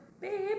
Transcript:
babe